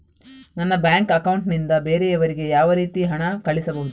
ನನ್ನ bank account ನಿಂದ ಬೇರೆಯವರಿಗೆ ಯಾವ ರೀತಿ ಹಣ ಕಳಿಸಬಹುದು?